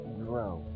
grow